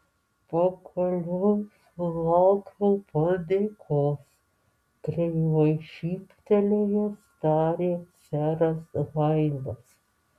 pagaliau sulaukiau padėkos kreivai šyptelėjęs tarė seras hailas